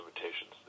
limitations